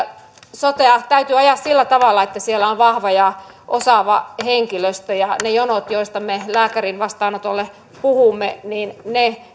sotea täytyy ajaa sillä tavalla että siellä on vahva ja osaava henkilöstö ja ne jonot lääkärin vastaanotolle joista me puhumme